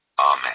Amen